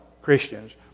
Christians